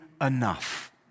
enough